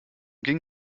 ging